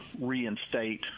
reinstate